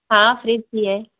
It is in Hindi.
हाँ फ्रिज भी है